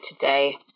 today